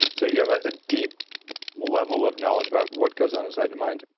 so you have a deep level of knowledge about what goes on inside the mind.